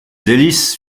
hélices